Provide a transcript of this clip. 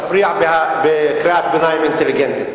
תפריע בקריאת ביניים אינטליגנטית.